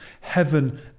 heaven